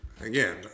Again